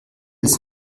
jetzt